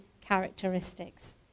characteristics